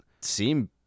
seem